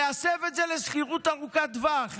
להסב את זה לשכירות ארוכת טווח,